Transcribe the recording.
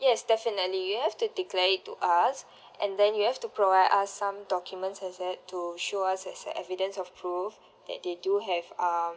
yes definitely you have to declare it to us and then you have to provide us some documents as a to show us as a evidence of proof that they do have um